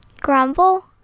Grumble